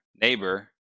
neighbor